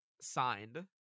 signed